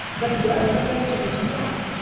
but to us, the question is, why?